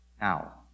now